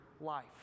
life